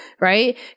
right